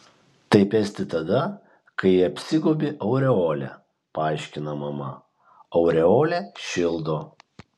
taip esti tada kai apsigobi aureole paaiškina mama aureolė šildo